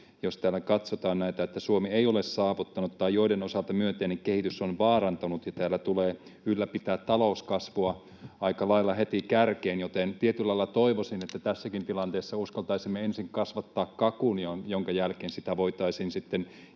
jos täältä katsotaan näitä, että ”Suomi ei ole saavuttanut” tai ”joiden osalta myönteinen kehitys on vaarantunut”, ja täällä tulee ”ylläpitää talouskasvua” aika lailla heti kärkeen, joten tietyllä lailla toivoisin, että tässäkin tilanteessa uskaltaisimme ensin kasvattaa kakun, minkä jälkeen sitä voitaisiin sitten